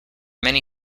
many